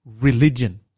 religion